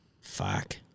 Fuck